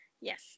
Yes